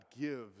gives